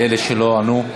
לאלה שלא ענו.